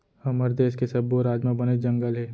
हमर देस के सब्बो राज म बनेच जंगल हे